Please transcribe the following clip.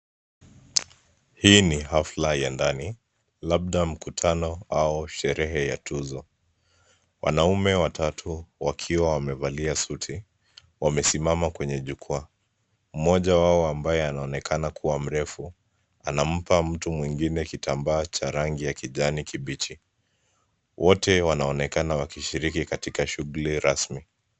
Hii ni hafla ya ndani, labda mkutano au sherehe ya tuzo. Wanaume watatu wakiwa wamevaa suti, wamesimama kwenye jukwaa. Mmoja wao ambaye anaonekana kuwa mrefu anampa mtu mwingine kitambaa cha rangi ya kijani kibichi. Wote wanaonekana wakishiriki katika shughuli rasmi.